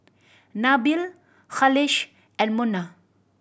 Nabil Khalish and Munah